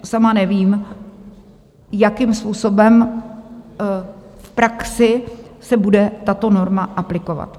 Sama nevím, jakým způsobem v praxi se bude tato norma aplikovat.